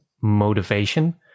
motivation